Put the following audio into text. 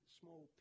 small